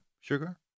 Sugar